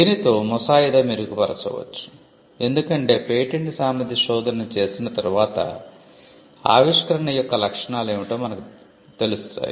దీనితో ముసాయిదా మెరుగుపరచవచ్చు ఎందుకంటే పేటెంట్ సామర్థ్య శోధనను చేసిన తర్వాత ఆవిష్కరణ యొక్క లక్షణాలు ఏమిటో మీకు తెలుస్తుంది